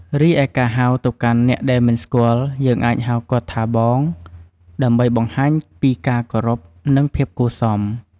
រីឯការហៅទៅកាន់អ្នកដែលមិនស្គាល់យើងអាចហៅគាត់ថាបង ដើម្បីបង្ហាញពីការគោរព និងភាពគួរសម។